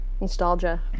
nostalgia